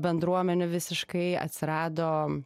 bendruomenių visiškai atsirado